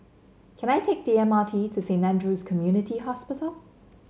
can I take the M R T to Saint Andrew's Community Hospital